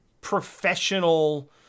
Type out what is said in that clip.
professional